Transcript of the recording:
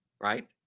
Right